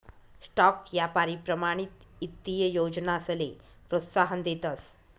stock यापारी प्रमाणित ईत्तीय योजनासले प्रोत्साहन देतस